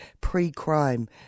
Pre-Crime